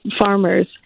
farmers